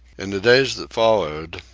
in the days that followed,